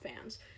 fans